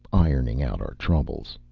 ironing out our troubles.